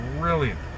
brilliant